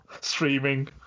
streaming